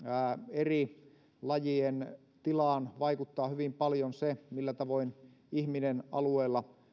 eri lajien tilaan vaikuttaa hyvin paljon se millä tavoin ihminen alueella